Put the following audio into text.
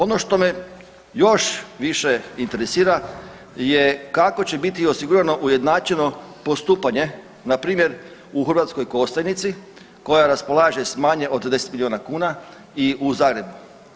Ono što me još više interesira je kako će biti osigurano ujednačeno postupanje na primjer u Hrvatskoj Kostajnici koja raspolaže sa manje od 10 milijuna kuna i u Zagrebu.